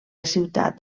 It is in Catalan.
ciutat